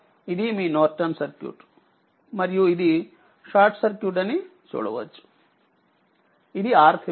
ఇది మీ నార్టన్సర్క్యూట్ మరియు ఇదిషార్ట్ సర్క్యూట్ అనిచూడవచ్చు